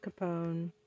Capone